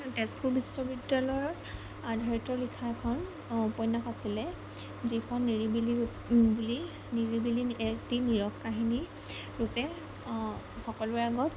তেজপুৰ বিশ্ববিদ্যালয়ৰ আধাৰিত লিখা এখন উপন্যাস আছিলে যিখন নিৰিবিলি বুলি নিৰিবিলি এটি নিৰৱ কাহিনী ৰূপে অঁ সকলোৰে আগত